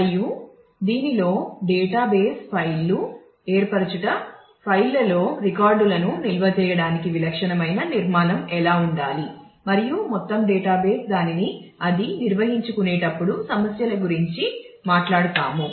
మరియు దీనిలో డేటాబేస్ ఫైళ్లు దానిని అది నిర్వహించుకునేటప్పుడు సమస్యల గురించి మాట్లాడుతాము